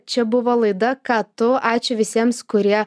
čia buvo laida ką tu ačiū visiems kurie